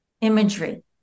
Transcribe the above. imagery